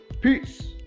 peace